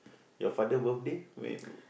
your father will pay